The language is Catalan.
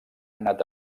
anat